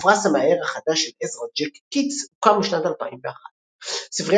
ופרס המאייר החדש של עזרא ג'ק קיטס הוקם בשנת 2001. הספרייה